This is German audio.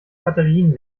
batterien